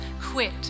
quit